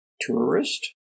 tourist